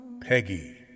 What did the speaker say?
Peggy